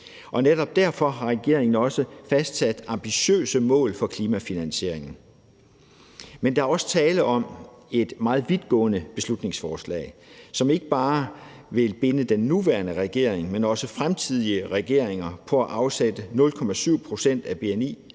Og netop derfor har regeringen også fastsat ambitiøse mål for klimafinansieringen. Kl. 17:24 Men der er også tale om et meget vidtgående beslutningsforslag, som ikke bare vil binde den nuværende regering, men også fremtidige regeringer, til at afsætte 0,7 pct. af bni